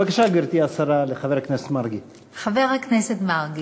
בבקשה, גברתי השרה, לחבר הכנסת מרגי.